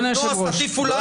אז תטיפו לנו?